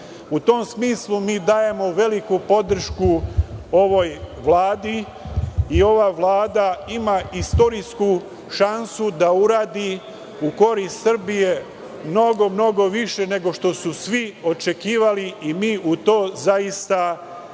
U tom smislu mi dajemo veliku podršku ovoj vladi i ova vlada ima istorijsku šansu da uradi u korist Srbije mnogo, mnogo više nego što su svi očekivali i mi u to zaista